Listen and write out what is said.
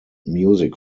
music